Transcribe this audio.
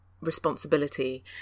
responsibility